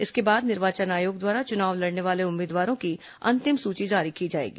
इसके बाद निर्वाचन आयोग द्वारा चुनाव लड़ने वाले उम्मीदवारों की अंतिम सूची जारी की जाएगी